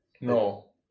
No